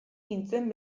nintzen